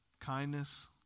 kindness